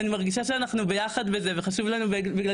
ואני מרגישה שאנחנו ביחד בזה וחשוב לנו בגלל